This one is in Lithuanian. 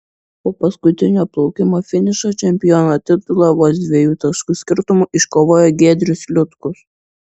po paskutinio plaukimo finišo čempiono titulą vos dviejų taškų skirtumu iškovojo giedrius liutkus